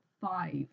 five